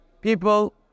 People